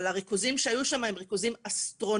אבל הריכוזים שהיו שם הם ריכוזים אסטרונומיים.